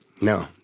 No